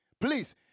Please